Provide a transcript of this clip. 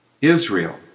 Israel